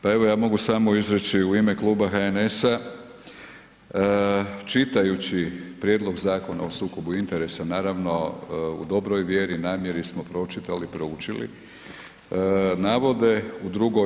Pa evo ja mogu samo izreći u ime Kluba HNS-a, čitajući Prijedlog Zakona o sukobu interesa, naravno u dobroj vjeri, namjeri smo pročitali, proučili navode u II.